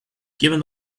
given